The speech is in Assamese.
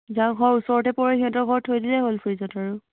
যাৰ ঘৰ ওচৰতে পৰে সিহঁতৰ ঘৰত থৈ দিলে হ'ল ফ্ৰীজত আৰু